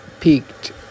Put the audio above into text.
peaked